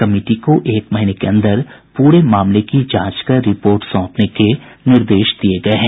committee को एक महीने के अंदर प्ररे मामले की जांच कर रिपोर्ट सौपने के निर्देश दिये गये हैं